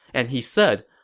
and he said,